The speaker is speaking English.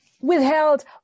withheld